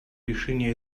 решении